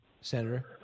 Senator